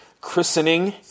Christening